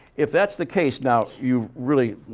if that's the case, now, you really,